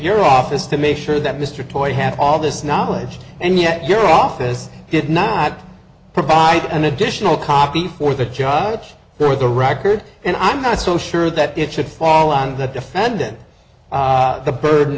your office to make sure that mr toit had all this knowledge and yet your office did not provide an additional copy for the judge for the record and i'm not so sure that it should fall on the defendant the burden